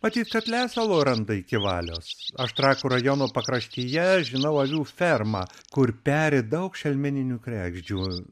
matyt kad lesalo randa iki valios aš trakų rajono pakraštyje žinau avių fermą kur peri daug šelmeninių kregždžių